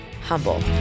HUMBLE